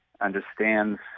understands